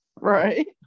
right